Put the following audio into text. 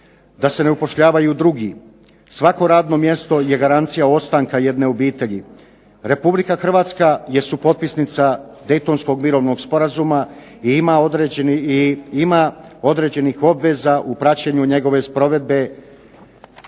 da se ne upošljavaju drugi, svako radno mjesto je garancija ostanka jedne obitelji. Republika Hrvatska je supotpisnica Daytonskog mirovnog sporazuma i ima određenih obveza u praćenju njegove sprovedbe.